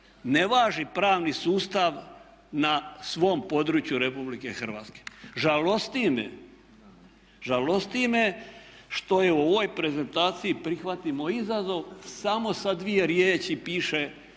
ne važi pravni sustav na svom području Republike Hrvatske. Žalosti me što je u ovoj prezentaciji "Prihvatimo izazov" samo sa dvije riječi piše